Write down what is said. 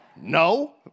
no